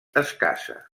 escassa